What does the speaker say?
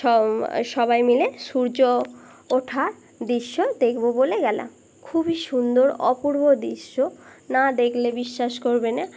সব সবাই মিলে সূর্য ওঠার দৃশ্য দেখবো বলে গেলাম খুবই সুন্দর অপূর্ব দৃশ্য না দেখলে বিশ্বাস করবে না